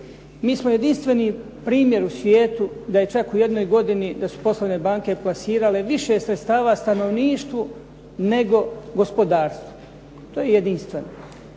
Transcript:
Mi smo jedinstveni primjer u svijetu da je čak u jednoj godini, da su poslovne banke plasirale više sredstava stanovništvu nego gospodarstvu. To je jedinstveno.